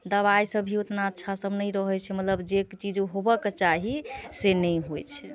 दवाइ सभ भी उतना अच्छा सभ नही रहै छै मतलब जे चीज होबऽके चाही से नहि होइ छै